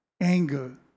anger